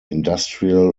industrial